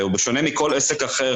ובשונה מכל עסק אחר,